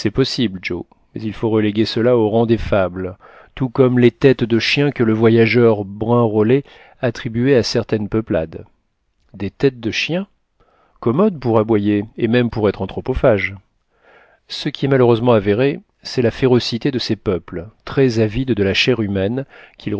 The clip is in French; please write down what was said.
possible joe mais il faut reléguer cela au rang des fables tout comme les têtes de chiens que le voyageur brun rollet attribuait à certaines peuplades des têtes de chiens commode pour aboyer et même pour être anthropophage ce qui est malheureusement avéré c'est la férocité de ces peuples très avides de la chair humaine qu'ils